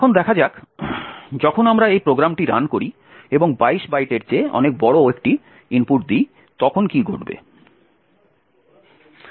এখন দেখা যাক যখন আমরা এই প্রোগ্রামটি রান করি এবং 22 বাইটের থেকে অনেক বড় একটি বড় ইনপুট দিই তখন কী ঘটবে